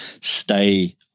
Stay